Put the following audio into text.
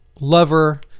lover